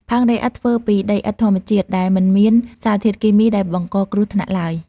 ផើងដីឥដ្ឋធ្វើពីដីឥដ្ឋធម្មជាតិ ដែលមិនមានសារធាតុគីមីដែលបង្កគ្រោះថ្នាក់ឡើយ។